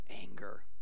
anger